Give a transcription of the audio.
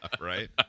Right